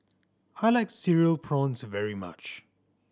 I like Cereal Prawns very much